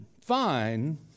fine